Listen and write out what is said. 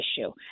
issue